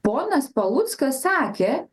ponas paluckas sakė